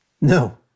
No